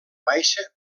baixa